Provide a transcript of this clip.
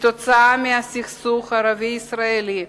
כתוצאה מהסכסוך הערבי-ישראלי,